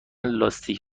لاستیک